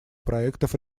проектов